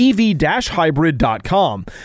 ev-hybrid.com